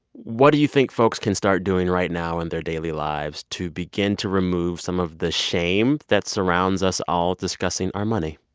what do you think folks can start doing right now in their daily lives to begin to remove some of the shame that surrounds us all discussing our money?